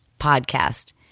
podcast